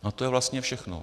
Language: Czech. A to je vlastně všechno.